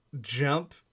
jump